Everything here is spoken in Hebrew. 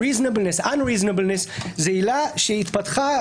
ה-reasonable unreasonableness זו עילה שהתפתחה,